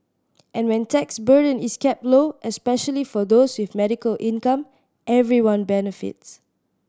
and when tax burden is kept low especially for those with medical income everyone benefits